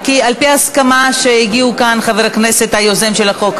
על-פי ההסכמה שהגיעו אליה כאן חבר הכנסת היוזם של החוק,